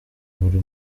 buri